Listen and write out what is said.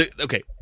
Okay